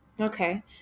okay